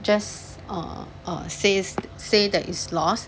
just err err say say that it's lost